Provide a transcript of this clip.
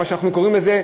כמו שאנחנו קוראים לזה,